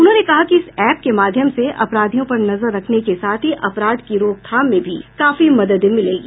उन्होंने कहा कि इस एप के माध्यम से अपराधियों पर नजर रखने के साथ ही अपराध की रोकथाम में भी काफी मदद मिलेगी